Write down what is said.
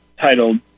titled